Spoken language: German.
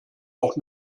auch